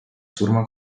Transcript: surma